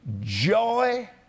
joy